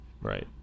right